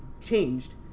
changed